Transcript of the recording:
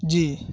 جی